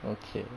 okay